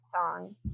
song